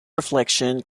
reflection